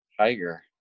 Tiger